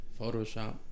photoshop